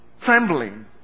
trembling